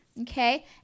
okay